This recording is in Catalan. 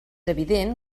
evident